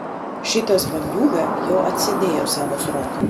šitas bandiūga jau atsėdėjo savo sroką